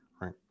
right